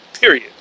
Period